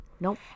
Nope